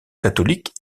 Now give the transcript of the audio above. catholiques